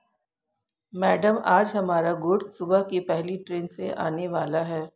madam आज हमारा goods सुबह की पहली ट्रैन से आने वाला है